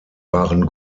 waren